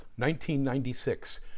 1996